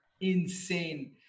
insane